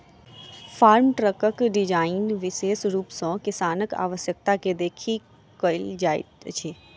farm ट्रकक design विशेष रूप सॅ किसानक आवश्यकता के देखि कयल जाइत अछि